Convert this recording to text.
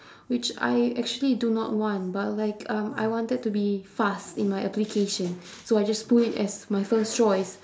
which I actually do not want but like um I wanted to be fast in my application so I just put it as my first choice